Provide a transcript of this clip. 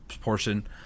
portion